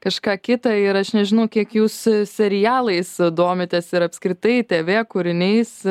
kažką kitą ir aš nežinau kiek jūs serialais domitės ir apskritai tėvė kūriniais